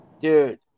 dude